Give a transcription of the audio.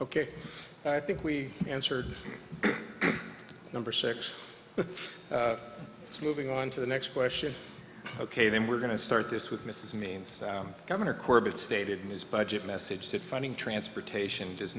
ok i think we answered the number six moving on to the next question ok then we're going to start this with mrs means governor corbett stated in his budget message that funding transportation does